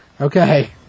Okay